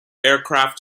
aircraft